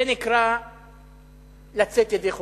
זה נקרא לצאת ידי חובה.